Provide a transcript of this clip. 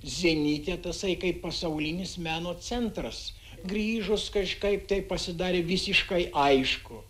zenite tasai kaip pasaulinis meno centras grįžus kažkaip tai pasidarė visiškai aišku